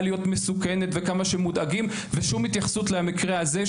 היות מסוכנת וכמה שמודאגים ושום התייחסות למקרה הזה,